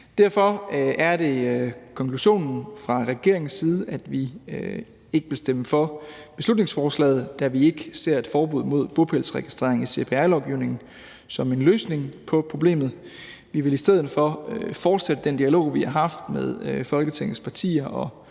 Derfor er konklusionen fra regeringens side, at vi ikke vil stemme for beslutningsforslaget, da vi ikke ser et forbud mod bopælsregistrering i CPR-lovgivningen som en løsning på problemet. Vi vil i stedet for fortsætte den dialog, vi har haft med Folketingets partier,